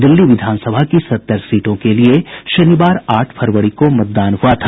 दिल्ली विधानसभा की सत्तर सीटों के लिए शनिवार आठ फरवरी को मतदान हुआ था